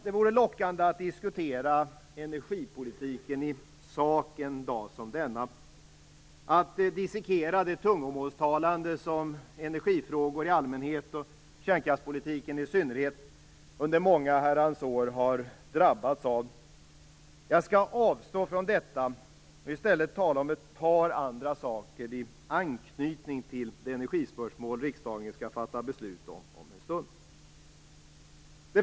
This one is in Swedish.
Det vore lockande att diskutera energipolitik i sak en dag som denna, att dissekera det tungomålstalande som energifrågor i allmänhet och kärnkraftspolitiken i synnerhet under många herrans år har drabbats av. Men jag skall avstå från detta och i stället tala om ett par andra saker i anknytning till det energispörsmål som riksdagen om en stund skall fatta beslut om.